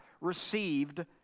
received